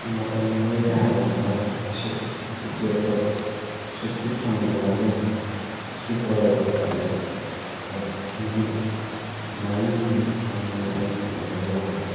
ꯃꯇꯝꯗꯣ ꯌꯥꯗꯗꯅ ꯁꯤꯠ ꯇꯤꯀꯦꯠꯇꯣ ꯁꯤꯠꯇꯤ ꯐꯪꯗꯅ ꯑꯗꯨꯝ ꯁ꯭ꯂꯤꯞꯄꯔꯗ ꯆꯠꯂꯦ ꯅꯨꯃꯤꯠ ꯃꯔꯤꯅꯤ ꯆꯪꯉꯦ ꯑꯩ ꯕꯦꯡꯒꯂꯣꯔ ꯌꯧꯕꯗ